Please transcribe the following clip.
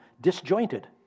disjointed